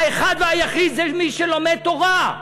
האחד והיחיד זה מי שלומד תורה,